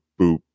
boop